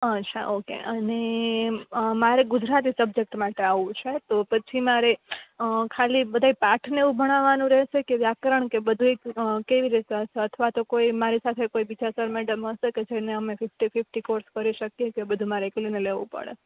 અચ્છા ઓકે અને મારે ગુજરાતી સબ્જેક્ટ માટે આવવું છે તો પછી મારે ખાલી બધાય પાઠને એવું ભણાવાનું રહેશે કે વ્યાકરણ કે બધું એ ભેગું કેવી રીતે હશે અથવા તો કોઈ મારી સાથે કોઈ બીજા સર મેડમ હશે કે જેને અમે ફિફ્ટી ફિફ્ટી કોર્સ કરી શકીએ કે બધું મારે એકલીને લેવું પડે